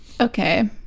Okay